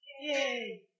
Yay